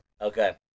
Okay